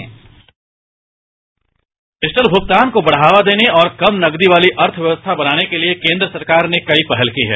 sound bite digital भूगतान को बढ़ावा देने और कम नकदी वाली अर्थव्यवस्था बनाने के लिए केंद्र सरकार ने कई पहल की हैं